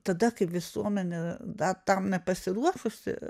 tada kaip visuomenė dar tam nepasiruošusi